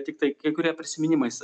tiktai kai kurie prisiminimais